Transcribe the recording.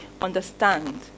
understand